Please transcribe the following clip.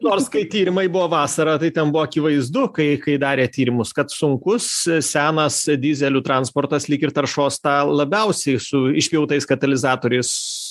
nors kai tyrimai buvo vasarą tai ten buvo akivaizdu kai kai darė tyrimus kad sunkus senas dyzelių transportas lyg ir taršos tą labiausiai su išpjautais katalizatoriais